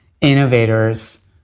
innovators